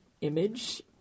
image